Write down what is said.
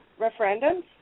Referendums